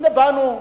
הנה באנו,